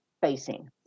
facing